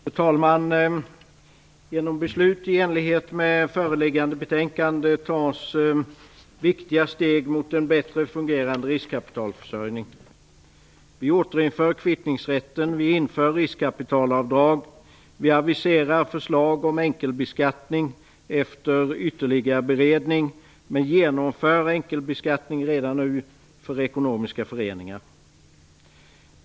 Fru talman! Genom beslut i enlighet med förevarande betänkande tas viktiga steg mot en bättre fungerande riskkapitalförsörjning. Vi återinför kvittningsrätten, vi inför riskkapitalavdrag, vi aviserar förslag om enkelbeskattning efter ytterligare beredning men genomför redan nu enkelbeskattning för ekonomiska föreningar.